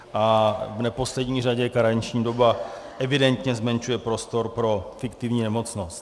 A v neposlední řadě karenční doba evidentně zmenšuje prostor pro fiktivní nemocnost.